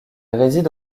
réside